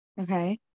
okay